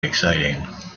exciting